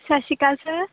ਸਤਿ ਸ਼੍ਰੀ ਅਕਾਲ ਸਰ